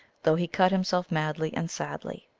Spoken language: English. though he cut himself madly and sadly.